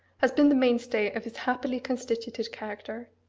has been the mainstay of his happily constituted character.